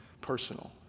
personal